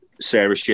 Sarah